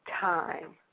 time